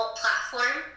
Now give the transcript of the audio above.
platform